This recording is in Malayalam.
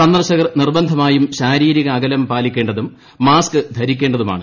സന്ദർശകർ നിർബന്ധമായും ശാരീരിക അകലം പാലിക്കേണ്ടതും മാസ്ക് ധരിക്കേണ്ടതുമാണ്